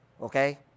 Okay